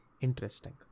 interesting